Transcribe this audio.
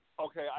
Okay